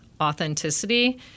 authenticity